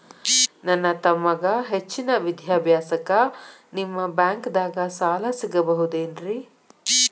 ನನ್ನ ತಮ್ಮಗ ಹೆಚ್ಚಿನ ವಿದ್ಯಾಭ್ಯಾಸಕ್ಕ ನಿಮ್ಮ ಬ್ಯಾಂಕ್ ದಾಗ ಸಾಲ ಸಿಗಬಹುದೇನ್ರಿ?